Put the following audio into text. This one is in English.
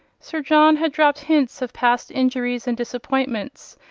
sir john had dropped hints of past injuries and disappointments,